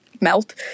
melt